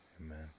Amen